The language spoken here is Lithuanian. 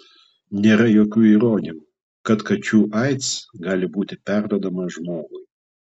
nėra jokių įrodymų kad kačių aids gali būti perduodamas žmogui